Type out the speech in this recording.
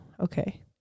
Okay